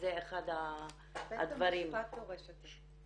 וזה אחד הדברים --- בית המשפט דורש את זה.